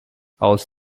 aus